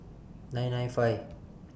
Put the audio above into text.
nine nine five